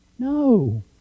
No